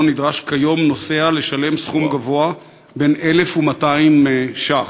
נדרש כיום נוסע לשלם סכום גבוה של 1,200 ש"ח.